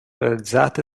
realizzate